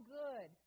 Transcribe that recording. good